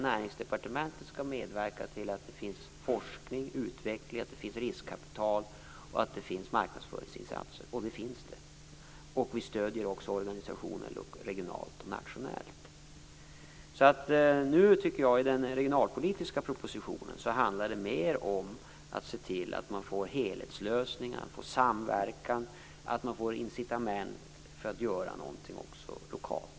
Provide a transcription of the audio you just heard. Näringsdepartementet skall medverka till att det finns forskning, utveckling, riskkapital och marknadsföringsinsatser, och det finns det. Vi stöder också organisationer regionalt och nationellt. I den regionalpolitiska propositionen handlar det mer om att se till att man får helhetslösningar, samverkan och incitament för att göra något också lokalt.